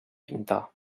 pintar